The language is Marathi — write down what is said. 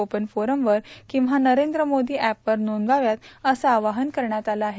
ओपन फोरमवर किंवा नरेंद्र मोदी एप वर नोंदवाव्यात असं आवाहन करण्यात आलं आहे